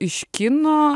iš kino